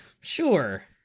Sure